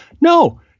No